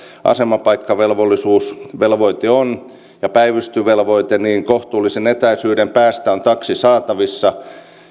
asemapaikkavelvoite on ja päivystysvelvoite ja kohtuullisen etäisyyden päästä on taksi saatavissa